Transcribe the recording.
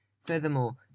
Furthermore